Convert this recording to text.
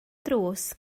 drws